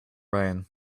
rain